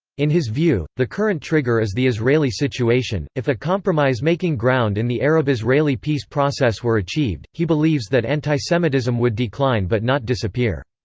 in his view, the current trigger is the israeli situation if a compromise making ground in the arab-israeli peace process were achieved, he believes that antisemitism would decline but not disappear.